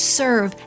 serve